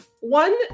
one